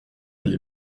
les